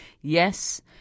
yes